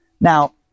Now